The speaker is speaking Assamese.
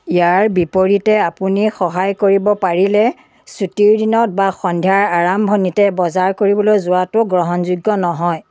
ইয়াৰ বিপৰীতে আপুনি সহায় কৰিব পাৰিলে ছুটিৰ দিনত বা সন্ধিয়াৰ আৰম্ভণিতে বজাৰ কৰিবলৈ যোৱাটো গ্ৰহণযোগ্য নহয়